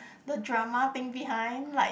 the drama thing behind like